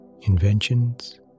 inventions